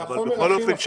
זה החומר הכי נפוץ ביקום.